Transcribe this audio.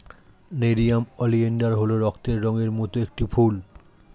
nerium oleander হল রক্তের রঙের মত একটি ফুল